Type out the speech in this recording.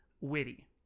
witty